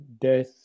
death